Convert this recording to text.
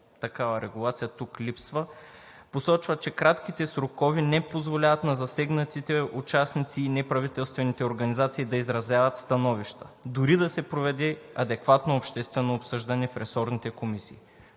Такава регулация тук липсва. Посочва, че кратките срокове не позволяват на засегнатите участници и неправителствените организации да изразяват становища, дори да се проведе адекватно обществено обсъждане в ресорните комисии.